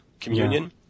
communion